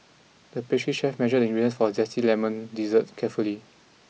the pastry chef measured the ingredients for a zesty lemon dessert carefully